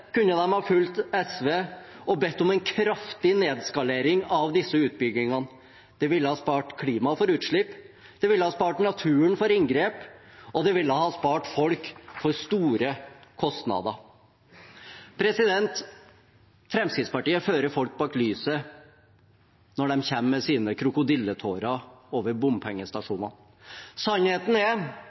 kunne de ha fulgt SV og bedt om en kraftig nedskalering av disse utbyggingene. Det ville ha spart klimaet for utslipp, det ville ha spart naturen for inngrep, og det ville ha spart folk for store kostnader. Fremskrittspartiet fører folk bak lyset når de kommer med sine krokodilletårer over bompengestasjonene. Sannheten er